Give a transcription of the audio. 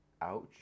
ouch